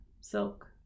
silk